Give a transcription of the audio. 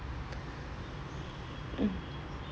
mm